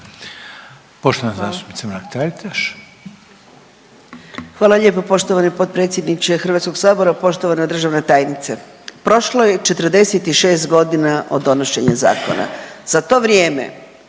**Mrak-Taritaš, Anka (GLAS)** Hvala lijepo poštovani potpredsjedniče Hrvatskog sabora. Poštovana državna tajnice, prošlo je 46 godina od donošenja zakona. Za to vrijeme